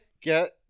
get